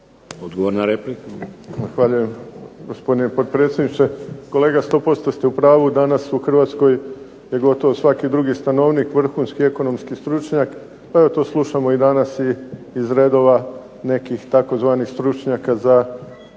(HDZ)** Zahvaljujem, gospodine potpredsjedniče. Kolega 100% ste u pravu. Danas u Hrvatskoj je gotovo svaki drugi stanovnik vrhunski ekonomski stručnjak, evo to slušamo i danas iz redova nekih tzv. stručnjaka za